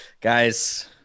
Guys